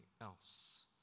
else